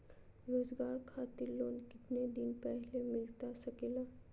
रोजगार खातिर लोन कितने दिन पहले मिलता सके ला?